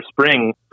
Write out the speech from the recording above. spring